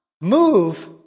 move